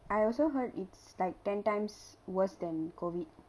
I also heard it's like ten times worse than COVID